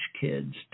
kids